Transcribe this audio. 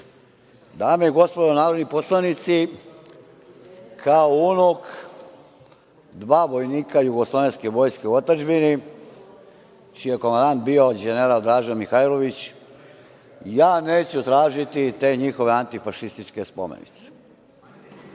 i gospodo narodni poslanici, kao unuk dva vojnika Jugoslovenske vojske u otadžbini, čiji je komandant bio đeneral Draža Mihailović, ja neću tražiti te njihove antifašističke spomenice.